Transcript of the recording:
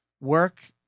work